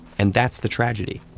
and that's the tragedy.